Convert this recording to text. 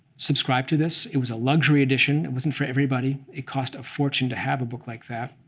subscribe to this. it was a luxury edition. it wasn't for everybody. it cost a fortune to have a book like that,